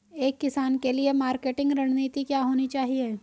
एक किसान के लिए मार्केटिंग रणनीति क्या होनी चाहिए?